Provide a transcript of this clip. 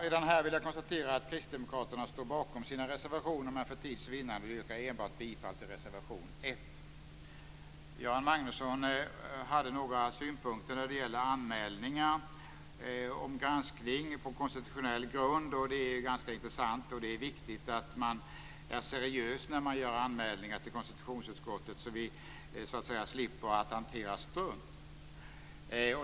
Redan här vill jag konstatera att kristdemokraterna står bakom sina reservationer, men för tids vinnande yrkar jag på godkännande av anmälan enbart i reservation 1. Göran Magnusson hade några synpunkter när det gäller anmälningar om granskning på konstitutionell grund. Det är intressant och viktigt att anmälningarna till konstitutionsutskottet är seriösa, så att vi slipper att hantera strunt.